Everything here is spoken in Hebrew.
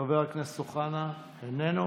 חבר הכנסת אוחנה, איננו.